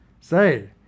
Say